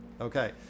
Okay